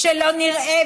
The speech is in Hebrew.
שלא נראה,